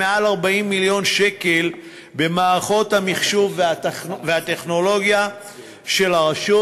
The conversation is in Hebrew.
מעל 40 מיליון שקל במערכות המחשוב והטכנולוגיה של הרשות,